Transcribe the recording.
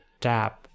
tap